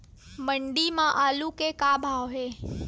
मंडी म आलू के का भाव हे?